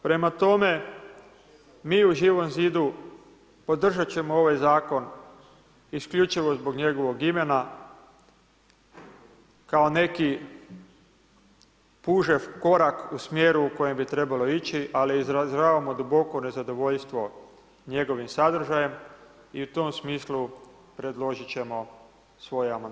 Prema tome, mi u Živom zidu podržat ćemo ovaj zakon isključivo zbog njegovog imena kao neki pužev korak u smjeru u kojem bi trebalo ići ali izražavamo duboko nezadovoljstvo njegovim sadržajem i u tom smislu predložit ćemo svoje amandmane.